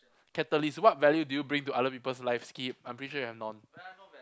catalyst what value do you bring to other people's lives skip I'm pretty sure you have none